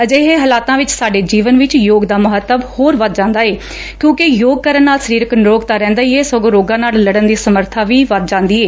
ਅਜਿਹੇ ਹਲਾਤਾਂ ਵਿਚ ਸਾਡੇ ਜੀਵਨ ਵਿਚ ਯੋਗ ਦਾ ਮਹੱਤਵ ਹੋਰ ਵਧ ਜਾਂਦਾ ਏ ਕਿਉਂਕਿ ਯੋਗ ਕਰਨ ਨਾਲ ਸਰੀਰ ਨਿਰੋਗ ਤਾਂ ਰਹਿੰਦਾ ਹੀ ਏ ਸਗੋਂ ਰੋਗਾਂ ਨਾਲ ਲੜਨ ਦੀ ਸਮਰੱਬਾ ਵੀ ਵਧ ਜਾਂਦੀ ਏ